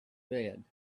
bed